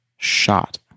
Shot